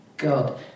God